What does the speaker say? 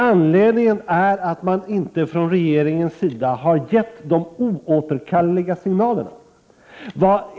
Anledningen härtill är att man inte från regeringens sida har givit de oåterkalleliga signalerna.